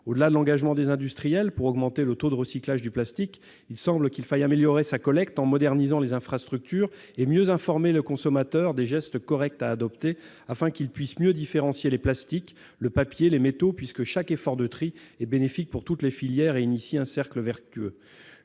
au-delà, l'engagement des industriels pour augmenter le taux de recyclage du plastique, il semble qu'il faille améliorer sa collecte en modernisant les infrastructures et mieux informer le consommateur des gestes correct à adopter afin qu'ils puissent mieux différencier les plastiques, le papier, les métaux puisque chaque effort de tri est bénéfique pour toutes les filières et initie un cercle vertueux,